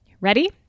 Ready